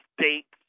States